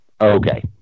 okay